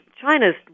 China's